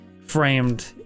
framed